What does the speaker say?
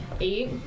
Eight